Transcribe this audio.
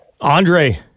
andre